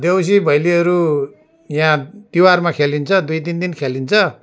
देउसी भैलीहरू यहाँ तिहारमा खेलिन्छ दुई तिन दिन खेलिन्छ